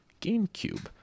GameCube